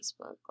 Facebook